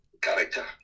character